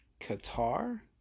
Qatar